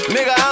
Nigga